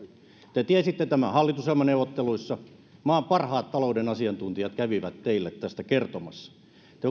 te tiesitte tämän hallitusohjelmaneuvotteluissa maan parhaat talouden asiantuntijat kävivät teille tästä kertomassa te